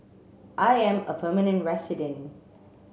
I am a permanent resident